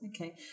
Okay